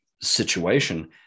situation